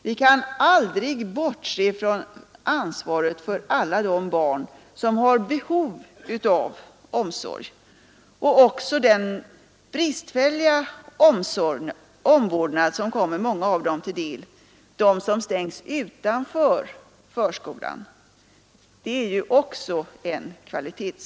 Vi kan aldrig bortse från ansvaret för alla de barn som har behov av omsorg och inte heller från den bristfälliga omvårdnad som kommer många-av dem till del, om de ställs utanför förskolan.